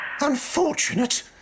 Unfortunate